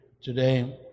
today